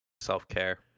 Self-care